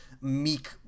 meek